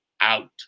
out